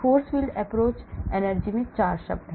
force field approach energy में 4 शब्द हैं